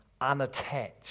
unattached